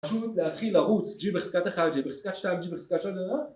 פשוט להתחיל לרוץ, G בחזקת 1, G בחזקת 2, G בחזקת 3